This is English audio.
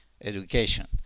education